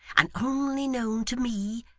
and only known to me,